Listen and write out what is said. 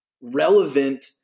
relevant